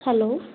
hello